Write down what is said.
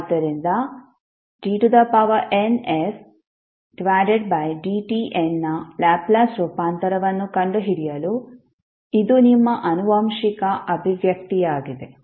ಆದ್ದರಿಂದ dnfdtn ನ Laplace ರೂಪಾಂತರವನ್ನು ಕಂಡುಹಿಡಿಯಲು ಇದು ನಿಮ್ಮ ಆನುವಂಶಿಕ ಅಭಿವ್ಯಕ್ತಿಯಾಗಿದೆ